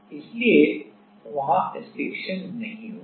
इसलिए वहां स्टिक्शन नहीं होगा